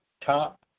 top